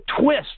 twist